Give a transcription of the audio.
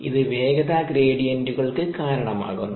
ഇത് വേഗത ഗ്രേഡിയന്റുകൾക്ക് കാരണമാകുന്നു